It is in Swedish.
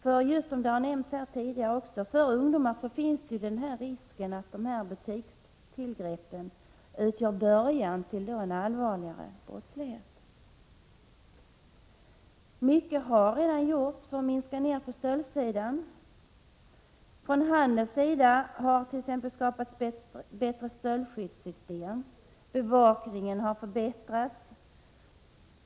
För just ungdomar är det risk för att butikstillgreppen utgör början till en allvarligare brottslighet. Mycket har redan gjorts för att minska stölderna. Handeln hart.ex. skapat bättre stöldskyddssystem, och bevakningen har förbättrats.